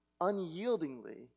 unyieldingly